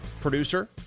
Producer